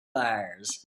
wars